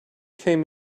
came